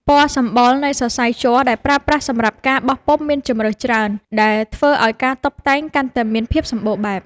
ពណ៌សម្បុរនៃសរសៃជ័រដែលប្រើប្រាស់សម្រាប់ការបោះពុម្ពមានជម្រើសច្រើនដែលធ្វើឱ្យការតុបតែងកាន់តែមានភាពសម្បូរបែប។